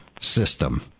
system